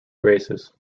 graces